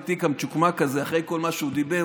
תיק המצ'וקמק הזה אחרי כל מה שהוא דיבר.